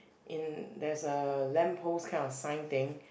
in there's a lamp post kind of sign thing